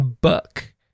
Buck